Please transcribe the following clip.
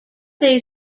they